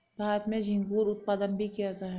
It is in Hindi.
भारत में झींगुर उत्पादन भी किया जाता है